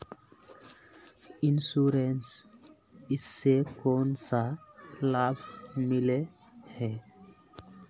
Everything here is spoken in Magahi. इंश्योरेंस इस से कोन सा लाभ मिले है?